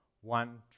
one